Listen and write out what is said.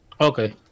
Okay